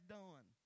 done